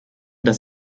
dass